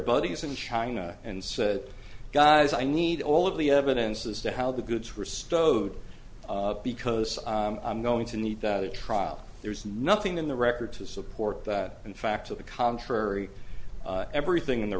buddies in china and said guys i need all of the evidence as to how the goods were stowed because i'm going to need that a trial there is nothing in the record to support that in fact to the contrary everything in the